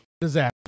disaster